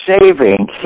saving